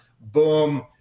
boom